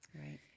Right